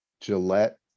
Gillette